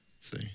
See